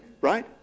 right